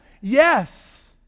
yes